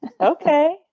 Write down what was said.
okay